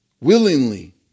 willingly